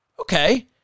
Okay